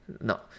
No